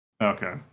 Okay